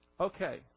Okay